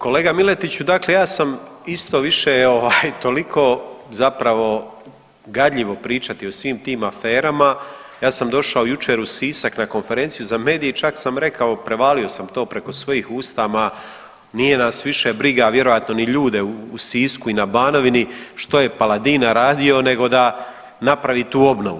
Kolega Miletiću dakle ja sam isto više ovaj toliko zapravo gadljivo pričati o svim tim aferama, ja sam došao jučer u Sisak na konferenciju za medije i čak sam rekao, prevalio sam to preko svoja usta, ma nije nas više briga vjerojatno ni ljude u Sisku i na Banovini što je Paladina radio nego da napravi tu obnovu.